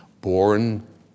born